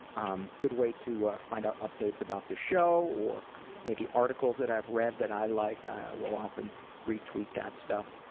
um good way to ah find out updates about the show or maybe articles that i've read that i like, i will often retweet that stuff.